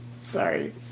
Sorry